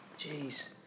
Jeez